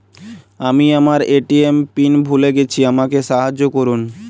আমি আমার ATM pin ভুলে গেছি আমাকে সাহায্য করুন